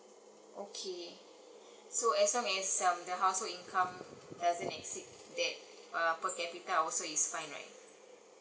okay so as long as um the household income doesn't exceed that uh per capita also is fine right